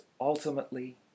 ultimately